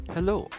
Hello